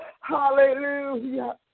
Hallelujah